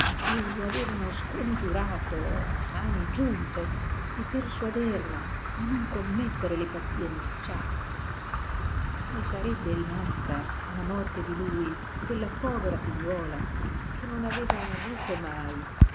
e lo avevano scongiurato a mani giunte di persuaderlo a non commettere le pazzie minacciate come sarebbe rimasta alla morte di lui quella povera figliuola che non aveva avuto mai